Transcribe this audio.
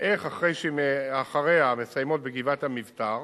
איך מי שאחריה מסיימות בגבעת-המבתר